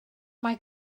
mae